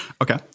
Okay